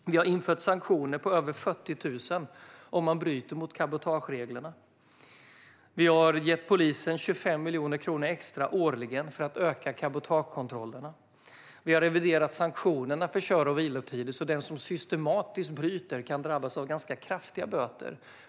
Vi har infört sanktioner på över 40 000 kronor om man bryter mot cabotagereglerna, vi har gett polisen 25 miljoner kronor extra årligen för att öka cabotagekontrollerna och vi har reviderat sanktionerna för kör och vilotider så att den som systematiskt bryter mot dem kan drabbas av ganska kraftiga böter.